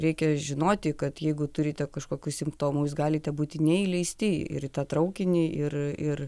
reikia žinoti kad jeigu turite kažkokių simptomų jūs galite būti neįleisti ir į tą traukinį ir ir